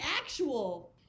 actual